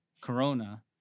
corona